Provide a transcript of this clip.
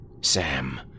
Sam